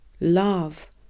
love